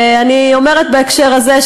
אני אומרת בהקשר הזה,